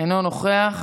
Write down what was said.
אינו נוכח,